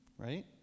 Right